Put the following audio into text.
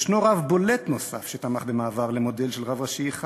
ישנו רב בולט נוסף שתמך במעבר למודל של רב ראשי אחד.